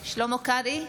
(קוראת בשם חבר הכנסת) שלמה קרעי,